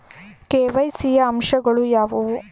KYC ಯ ಅಂಶಗಳು ಯಾವುವು?